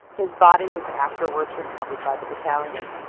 his body was afterwards recovered by the battalion.